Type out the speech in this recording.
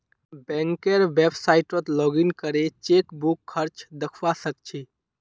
बैंकेर website login करे chequebook खर्च दखवा स ख छि